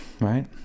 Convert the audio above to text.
right